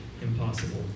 impossible